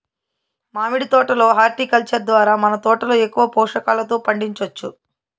మామిడి తోట లో హార్టికల్చర్ ద్వారా మన తోటలో ఎక్కువ పోషకాలతో పండించొచ్చు